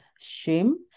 shame